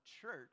church